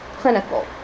clinical